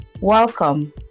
Welcome